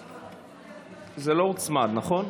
זה לא הוצמד, נכון?